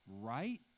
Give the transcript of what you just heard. Right